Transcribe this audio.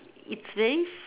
it's very